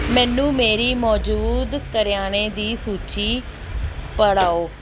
ਮੈਨੂੰ ਮੇਰੀ ਮੌਜੂਦ ਕਰਿਆਨੇ ਦੀ ਸੂਚੀ ਪੜ੍ਹਾਓ